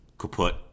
kaput